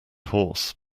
horse